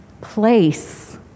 Place